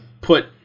put